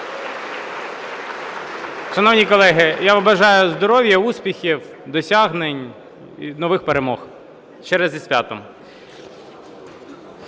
Шановні колеги, я вам бажаю здоров'я, успіхів, досягнень і нових перемог! Ще раз зі святом!